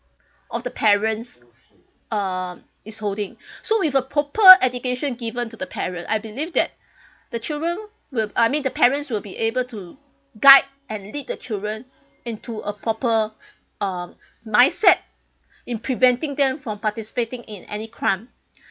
of the parents um is holding so with a proper education given to the parent I believe that the children will I mean the parents will be able to guide and lead the children into a proper um mindset in preventing them from participating in any crime